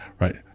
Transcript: Right